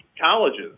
colleges